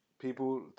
people